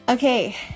Okay